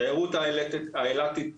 התיירות האילתית,